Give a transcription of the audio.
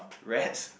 rats